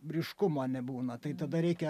ryškumo nebūna tai tada reikia